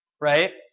right